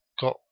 got